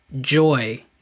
joy